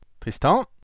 Tristan